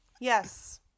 Yes